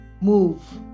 move